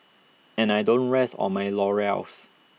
and I don't rest on my laurels